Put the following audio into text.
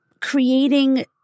creating